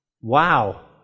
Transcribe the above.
Wow